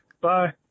Bye